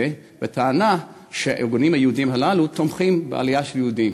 בטענה שהארגונים היהודיים הללו תומכים בעלייה של יהודים.